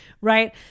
right